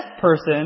person